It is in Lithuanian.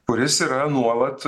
kuris yra nuolat